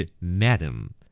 Madam